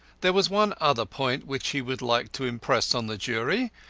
there was one other point which he would like to impress on the jury,